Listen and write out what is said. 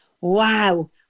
wow